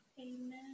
Amen